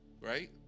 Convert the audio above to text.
Right